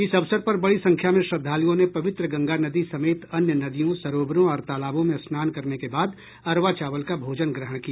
इस अवसर पर बड़ी संख्या में श्रद्धालुओं ने पवित्र गंगा नदी समेत अन्य नदियों सरोवरों और तालाबों में स्नान करने के बाद अरवा चावल का भोजन ग्रहण किया